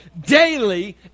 daily